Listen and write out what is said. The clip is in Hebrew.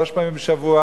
שלוש פעמים בשבוע.